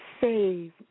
Save